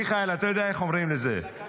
מיכאל, אתה יודע איך אומרים את זה?